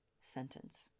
sentence